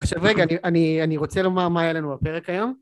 עכשיו רגע אני רוצה לומר מה היה לנו הפרק היום